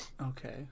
okay